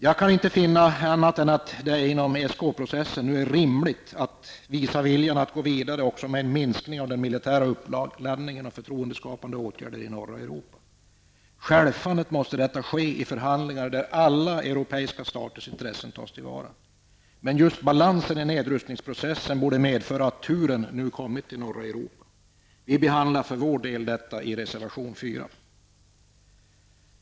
Jag kan inte finna annat än att det nu inom ESK processen är rimligt att visa viljan att gå vidare också med en minskning av den militära uppladdningen och förtroendeskapande åtgärder i norra Europa. Självfallet måste detta ske i förhandlingar där alla europeiska staters intressen tas till vara. Men just balansen i nedrustningsprocessen borde medföra att turen nu kommit till norra Europa. För vänsterpartiets del behandlar vi detta i reservation nr 4.